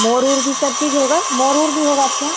मोर ऊर भी सब चीज़ होगा मोर ऊर भी होगा आपके यहाँ